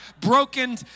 broken